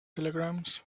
telegrams